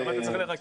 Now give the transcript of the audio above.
למה אתה צריך לרכז?